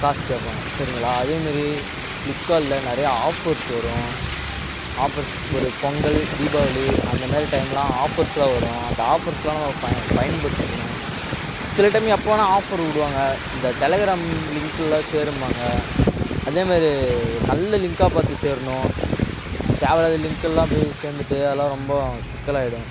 காசு கேட்பாங்க சரிங்களா அதேமாரி ஃப்ளிப்கார்ட்டில் நிறையா ஆஃபர்ஸ் வரும் ஆஃபர்ஸ் ஒரு பொங்கல் தீபாவளி அந்தமாரி டைம்லாம் ஆஃபர்ஸ்லாம் வரும் அந்த ஆஃபர்ஸ்லாம் நம்ம பய பயன்படுத்திக்கணும் சில டைம் எப்போ வேணுனா ஆஃபர் விடுவாங்க இந்த டெலகிராம் லிங்க்குலலாம் சேரும்பாங்க அதேமாரி ஒரு நல்ல லிங்க்காக பார்த்து சேரணும் தேவயில்லாத லிங்க்குலல்லாம் போய் சேர்ந்துட்டு அதெல்லாம் ரொம்ப சிக்கலாகிடும்